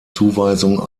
zuweisung